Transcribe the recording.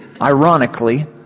ironically